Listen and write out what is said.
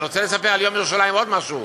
אני רוצה לספר על יום ירושלים עוד משהו.